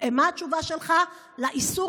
מה התשובה שלך לאיסור